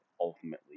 ultimately